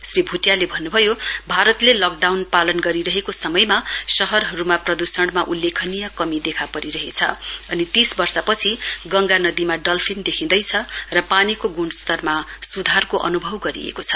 श्री भुटियाले भन्नु भयो भारतले लकडाउन पालन गरिरहेको समयमा शहरहरूमा प्रदूषणमा उल्लेखनीय कमी देखा परिरहेछ तीस वर्षपछि गंगा नदीमा डल्फीन देखिँदैछ र पानीको गृणस्तरमा सुधारको अनुभव गरिएको छ